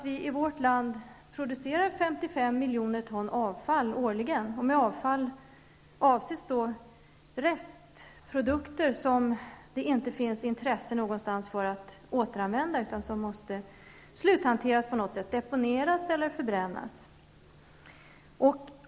Vi i vårt land producerar årligen 55 miljoner ton avfall -- med avfall avses då restprodukter som det inte finns något intresse av att återanvända, utan som på något sätt måste sluthanteras, deponeras eller förbrännas.